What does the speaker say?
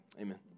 Amen